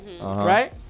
right